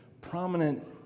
prominent